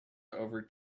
over